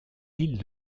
îles